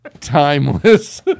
timeless